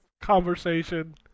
conversation